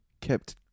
Kept